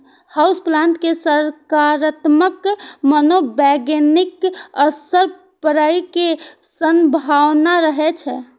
house plant के सकारात्मक मनोवैज्ञानिक असर पड़ै के संभावना रहै छै